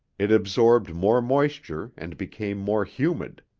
it absorbed more moisture and became more humid.